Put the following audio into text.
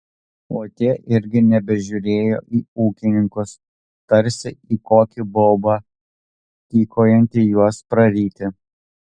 o tie irgi nebežiūrėjo į ūkininkus tarsi į kokį baubą tykojantį juos praryti